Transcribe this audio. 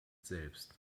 selbst